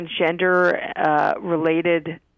transgender-related